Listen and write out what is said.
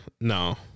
No